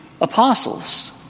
apostles